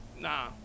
nah